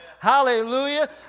Hallelujah